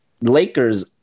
Lakers